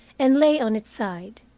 and lay on its side.